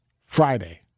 Friday